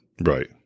Right